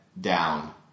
down